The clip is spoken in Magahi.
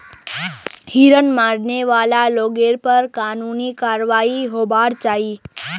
हिरन मारने वाला लोगेर पर कानूनी कारवाई होबार चाई